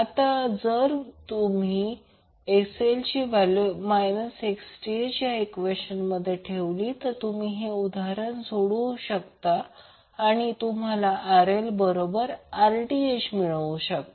आता जर तुम्ही XL ची व्हॅल्यू Xth या ईक्वेशनमधे ठेवली तुम्ही हे सोडवू शकता आणि तुम्हाला RL बरोबर Rth मिळेल